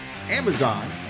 amazon